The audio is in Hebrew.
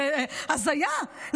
זו הזיה,